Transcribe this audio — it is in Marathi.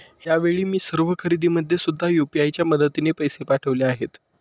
यावेळी मी सर्व खरेदीमध्ये सुद्धा यू.पी.आय च्या मदतीने पैसे पाठवले आहेत